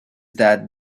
that